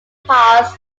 pass